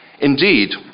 Indeed